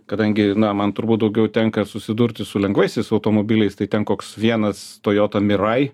kadangi na man turbūt daugiau tenka susidurti su lengvaisiais automobiliais tai ten koks vienas toyota mirai